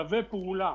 קווי פעולה.